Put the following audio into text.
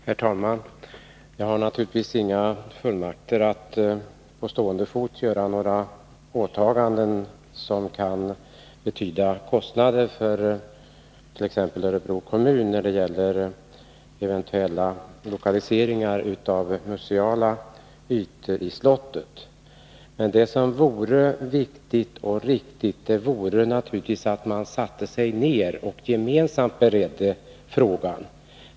Herr talman! Jag har naturligtvis ingen fullmakt att på stående fot göra några åtaganden som kan betyda kostnader för t.ex. Örebro kommun när det gäller eventuella lokaliseringar av museala ytor i slottet. Men det riktiga vore naturligtvis — det är också viktigt — att man satte sig ner och gemensamt 167 beredde frågan.